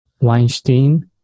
Weinstein